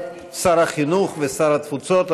שר החינוך ושר התפוצות,